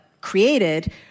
created